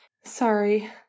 Sorry